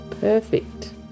perfect